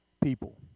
people